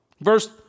verse